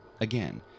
Again